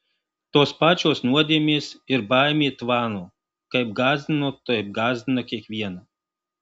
tos pačios nuodėmės ir baimė tvano kaip gąsdino taip gąsdina kiekvieną